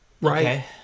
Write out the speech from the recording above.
right